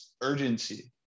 urgency